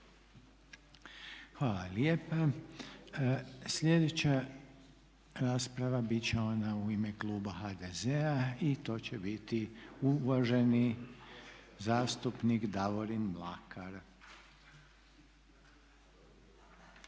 Hvala lijepa. Slijedeća rasprava bit će ona u ime kluba HDZ-a i to će biti uvaženi zastupnik Davorin Mlakar.